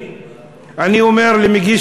אני אומר למגיש,